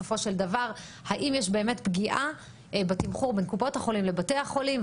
האם בסופו של דבר באמת יש פגיעה בתמחור בין קופות החולים לבתי החולים,